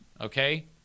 Okay